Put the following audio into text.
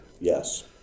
Yes